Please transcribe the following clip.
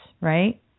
right